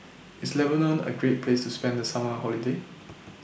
IS Lebanon A Great Place to spend The Summer Holiday